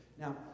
Now